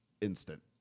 instant